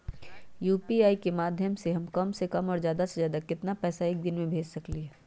UPI के माध्यम से हम कम से कम और ज्यादा से ज्यादा केतना पैसा एक दिन में भेज सकलियै ह?